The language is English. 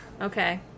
Okay